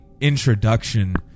introduction